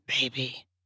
baby